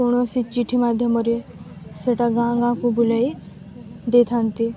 କୌଣସି ଚିଠି ମାଧ୍ୟମରେ ସେଟା ଗାଁ ଗାଁକୁ ବୁଲାଇ ଦେଇଥାନ୍ତି